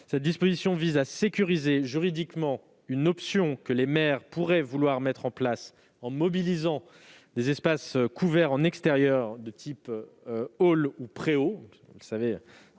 Cette disposition vise à sécuriser juridiquement une option que les maires pourraient vouloir mettre en place en mobilisant des espaces extérieurs couverts